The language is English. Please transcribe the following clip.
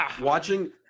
Watching